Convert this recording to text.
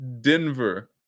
Denver